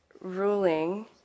ruling